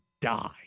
die